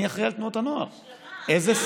מי אחראי על תנועות הנוער,